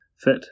fit